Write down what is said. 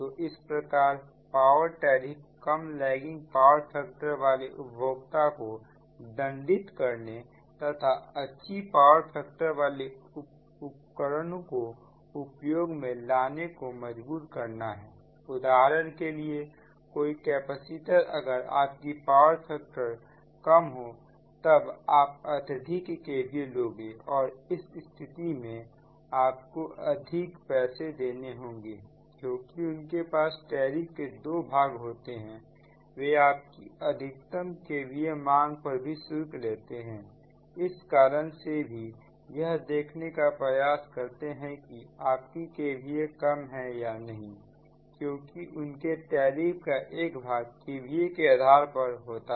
तो इस प्रकारपावर टैरिफ कम लैगिंग पावर फैक्टर वाले उपभोक्ताओं को दंडित करने तथा अच्छी पावर फैक्टर वाले उपकरण को उपयोग में लाने को मजबूर करना है उदाहरण के लिए कोई कैपासीटरअगर आपकी पावर फैक्टर कम हो तब आप अत्यधिक KVA लोगे और इस स्थिति में आपको अधिक पैसे देने होंगे क्योंकि उनके पास टैरिफ के दो भाग होते हैंवे आपकी अधिकतम KVA मांग पर भी शुल्क लेते हैं इसी कारण से भी यह देखने का प्रयास करते हैं कि आपकी KVA कम है या नहीं क्योंकि उनके टैरिफ का एक भाग KVA के आधार पर होता है